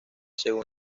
según